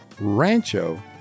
Rancho